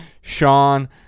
Sean